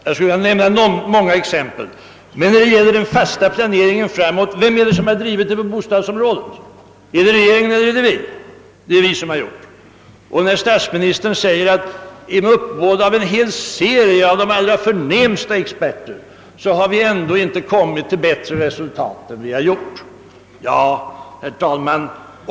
Jag skulle kunna ta många exempel, men nöjer mig med att fråga: Vem är det som drivit på hårdast när det gäller planeringen framöver på bostadsområdet — är det regeringen eller är det vi? Statsministern säger: Trots ett uppbåd av en hel serie av de allra förnämsta experterna har vi inte kommit längre än vi gjort.